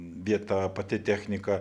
vieta pati technika